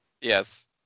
Yes